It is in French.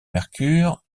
mercure